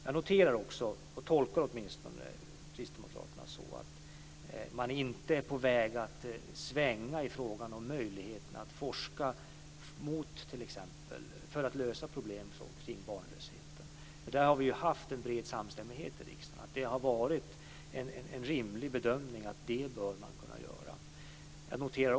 Jag noterar också - jag tolkar åtminstone kristdemokraterna så - att man inte är på väg att svänga i frågan om möjligheterna att forska för att lösa problem kring barnlöshet. Vi har ju haft en bred samstämmighet i riksdagen om att det har varit en rimlig bedömning, att man bör kunna göra detta.